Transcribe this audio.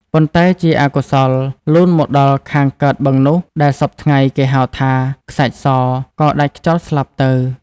ប៉ុន្តែជាអកុសល លូនមកដល់ខាងកើតបឹងនោះ ដែលសព្វថ្ងៃគេហៅថា “ខ្សាច់ស” ក៏ដាច់ខ្យល់ស្លាប់ទៅ ។